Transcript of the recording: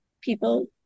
people